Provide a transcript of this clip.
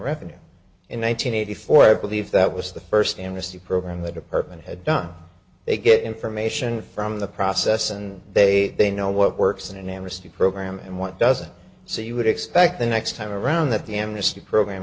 revenue in one nine hundred eighty four i believe that was the first amnesty program the department had done they get information from the process and they they know what works in an amnesty program and what doesn't so you would expect the next time around that the amnesty program